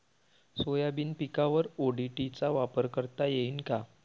Soybean पिकावर ODT चा वापर करता येईन का?